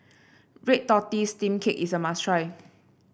Red Tortoise Steamed Cake is a must try